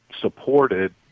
supported